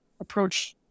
approach